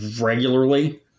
regularly